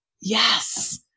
Yes